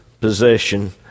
possession